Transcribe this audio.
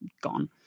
gone